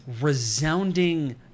resounding